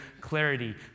clarity